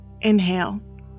Inhale